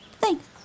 Thanks